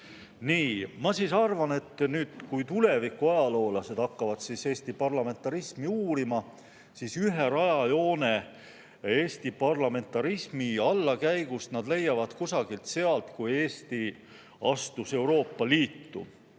Nii. Ma arvan, et kui tuleviku ajaloolased hakkavad Eesti parlamentarismi uurima, siis ühe rajajoone Eesti parlamentarismi allakäigust nad leiavad kusagilt sealt, kui Eesti astus Euroopa Liitu.